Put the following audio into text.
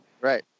Right